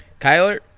Kyler